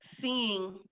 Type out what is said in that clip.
seeing